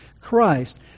Christ